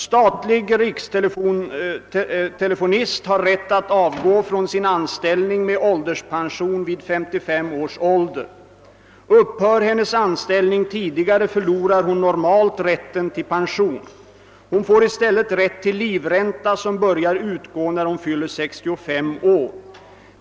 Statlig rikstelefonist har rätt att avgå från sin anställning med ålderspension vid 55 års ålder. Upphör hennes anställning tidigare förlorar hon normalt rätten till pension. Hon får i stället rätt till livränta som börjar utgå när hon fyllt 65 år.